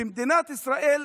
מדינת ישראל,